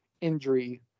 injury